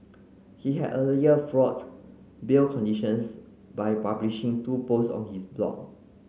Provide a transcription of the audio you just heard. he had earlier flouted bail conditions by publishing two posts on his blog